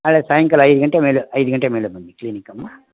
ನಾಳೆ ಸಾಯಂಕಾಲ ಐದು ಗಂಟೆ ಮೇಲೆ ಐದು ಗಂಟೆ ಮೇಲೆ ಬನ್ನಿ ಕ್ಲಿನಿಕಮ್ಮ